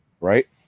right